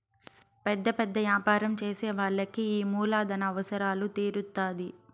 పెద్ద పెద్ద యాపారం చేసే వాళ్ళకి ఈ మూలధన అవసరాలు తీరుత్తాధి